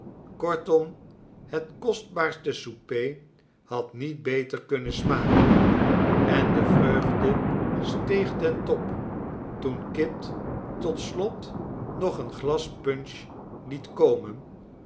kortom het kostbaarste s o u p e r had niet beter kunnen smaken en de vreugde steeg ten top toen kit tot slot nog een glas punch liet komen